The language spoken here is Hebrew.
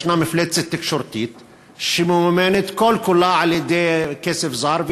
ישנה מפלצת תקשורתית שממומנת כל-כולה על-ידי כסף זר,